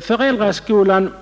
Föräldraskolan